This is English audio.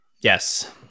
Yes